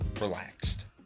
relaxed